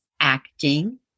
acting